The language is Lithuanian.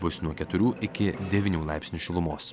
bus nuo keturių iki devynių laipsnių šilumos